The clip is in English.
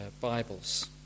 Bibles